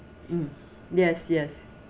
mm yes yes